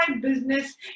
business